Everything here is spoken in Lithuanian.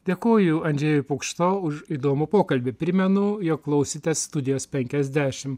dėkoju andžejui pukšto už įdomų pokalbį primenu jog klausėtės studijos penkiasdešim